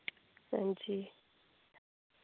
हांजी